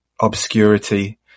obscurity